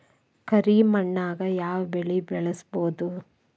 ಕರಿ ಮಣ್ಣಾಗ್ ಯಾವ್ ಬೆಳಿ ಬೆಳ್ಸಬೋದು?